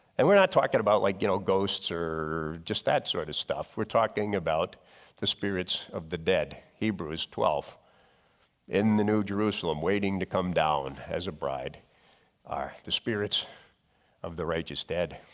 and we're not talking about like you know ghosts or just that sort of stuff, we're talking about the spirits of the dead. hebrews twelve in the new jerusalem waiting to come down as a bride are the spirits of the righteous dead.